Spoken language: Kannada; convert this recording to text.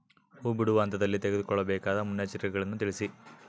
ಹೂ ಬಿಡುವ ಹಂತದಲ್ಲಿ ತೆಗೆದುಕೊಳ್ಳಬೇಕಾದ ಮುನ್ನೆಚ್ಚರಿಕೆಗಳನ್ನು ತಿಳಿಸಿ?